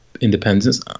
independence